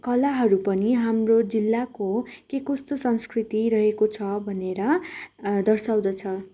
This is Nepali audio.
कलाहरू पनि हाम्रो जिल्लाको के कस्तो संस्कृति रहेको छ भनेर दर्साउँदछ